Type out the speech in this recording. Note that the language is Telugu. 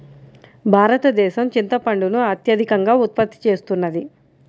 భారతదేశం చింతపండును అత్యధికంగా ఉత్పత్తి చేస్తున్నది